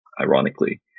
ironically